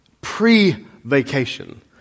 pre-vacation